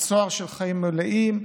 לצוהר של חיים מלאים,